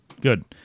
Good